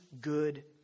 good